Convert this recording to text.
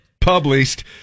published